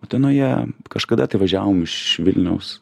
utenoje kažkada tai važiavom iš vilniaus